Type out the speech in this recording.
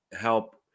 help